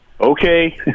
Okay